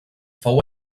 fou